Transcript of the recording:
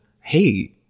hey